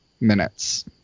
minutes